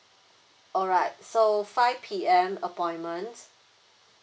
alright so five P_M appointment